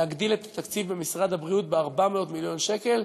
להגדיל את התקציב משרד הבריאות ב-400 מיליון שקל.